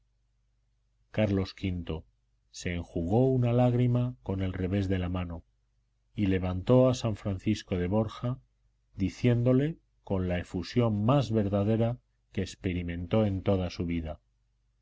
carlos v se enjugó una lágrima con el revés de la mano y levantó a san francisco de borja diciéndole con la efusión más verdadera que experimentó en toda su vida